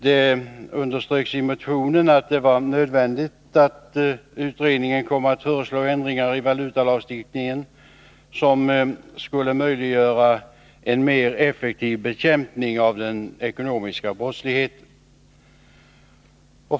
Det underströks i motionen att det var nödvändigt att utredningen kom att föreslå ändringar i valutalagstiftningen som skulle möjliggöra en mer effektiv bekämpning av den ekonomiska brottsligheten.